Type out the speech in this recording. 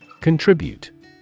Contribute